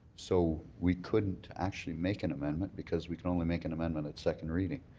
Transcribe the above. so we couldn't actually make an amendment because we can only make an amendment at second reading.